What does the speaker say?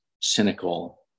cynical